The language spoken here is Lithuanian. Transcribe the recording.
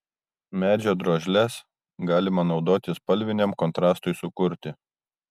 medžio drožles galima naudoti spalviniam kontrastui sukurti